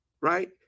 right